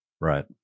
Right